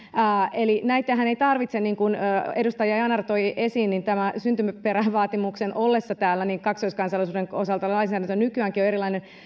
eli niin kuin edustaja yanar toi esiin tämän syntyperävaatimuksen ollessa täällä kaksoiskansalaisuuden osalta lainsäädäntö on nykyäänkin jo erilainen